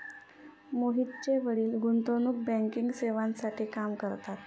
मोहितचे वडील गुंतवणूक बँकिंग सेवांसाठी काम करतात